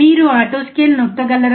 మీరు auto scale నొక్కగలరా